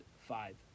five